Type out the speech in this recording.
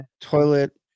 toilet